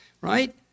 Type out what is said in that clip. right